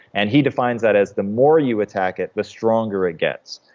and he defines that as, the more you attack it the stronger it gets.